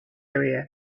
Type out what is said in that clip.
area